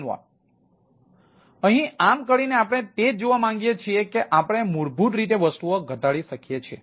તેથી અહીં આમ કરીને આપણે તે જ જોવા માંગીએ છીએ કે આપણે મૂળભૂત રીતે વસ્તુઓ ઘટાડી શકીએ છીએ